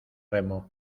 remo